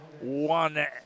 one